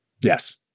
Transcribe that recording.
Yes